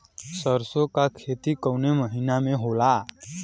सरसों का खेती कवने महीना में होला?